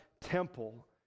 temple